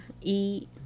Eat